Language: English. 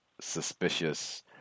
suspicious